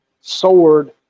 sword